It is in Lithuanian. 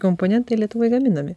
komponentai lietuvoj gaminami